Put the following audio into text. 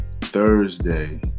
Thursday